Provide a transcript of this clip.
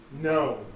No